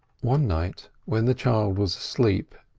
one night, when the child was asleep,